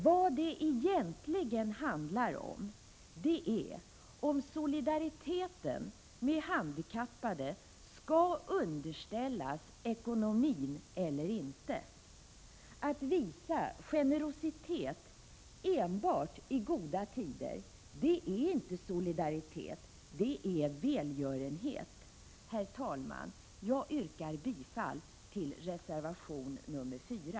Vad det egentligen handlar om är om solidariteten med handikappade skall underställas ekonomin eller inte. Att visa generositet enbart i goda tider är inte solidaritet. Det är välgörenhet. Herr talman! Jag yrkar bifall till reservation 4.